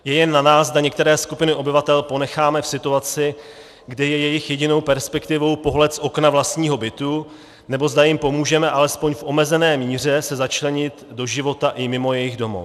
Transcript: Je jen na nás, zda některé skupiny obyvatel ponecháme v situaci, kdy je jejich jedinou perspektivou pohled z okna vlastního bytu, nebo zda jim pomůžeme alespoň v omezené míře se začlenit do života mimo jejich domov.